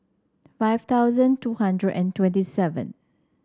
five thousand two hundred and twenty seven